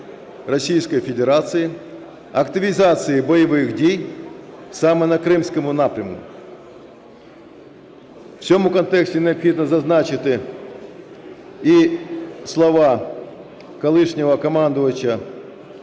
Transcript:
Російської Федерації, активізації бойових дій саме на кримському напрямі. В цьому контексті необхідно зазначити і слова колишнього командувача